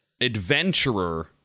adventurer